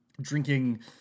drinking